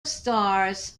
stars